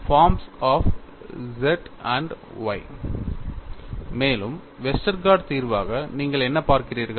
forms of Z and Y மேலும் Westergaard தீர்வாக நீங்கள் என்ன பார்க்கிறீர்கள்